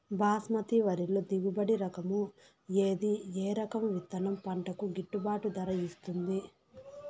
బాస్మతి వరిలో దిగుబడి రకము ఏది ఏ రకము విత్తనం పంటకు గిట్టుబాటు ధర ఇస్తుంది